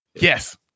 Yes